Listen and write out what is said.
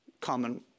common